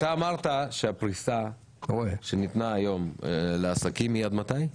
אתה אמרת שהפריסה שניתנה היום היא עד מתי?